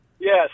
Yes